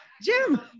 Jim